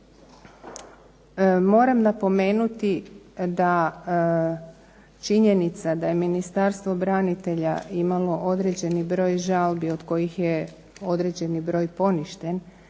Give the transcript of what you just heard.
moram napomenuti da činjenica da je Ministarstvo branitelja imalo određeni broj žalbi od kojih je određeni broj poništen